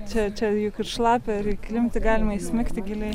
čia čia juk ir šlapia ir įklimpti galima įsmigti giliai